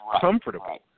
comfortable